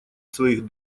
своих